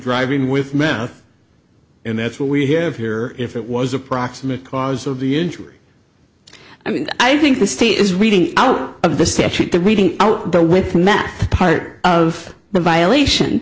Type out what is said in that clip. driving with meth and that's what we have here if it was a proximate cause of the injury i mean i think the state is reading out of the statute the weeding out there with the math part of the violation